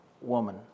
woman